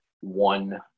one